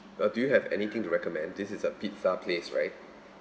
uh do you have anything to recommend this is a pizza place right